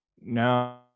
No